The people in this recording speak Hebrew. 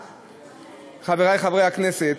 חברי חברי הכנסת,